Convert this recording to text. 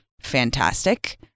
Fantastic